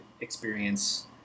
experience